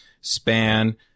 span